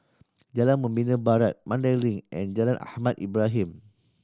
Jalan Membina Barat Mandai Link and Jalan Ahmad Ibrahim